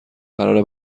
قراره